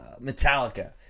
Metallica